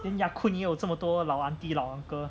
then ya kun 也有这么多老 aunty 老 uncle